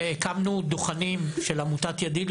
הקמנו דוכנים של עמותת ידיד,